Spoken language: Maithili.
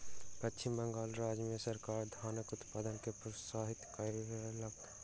पश्चिम बंगाल राज्य मे सरकार धानक उत्पादन के प्रोत्साहित कयलक